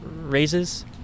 raises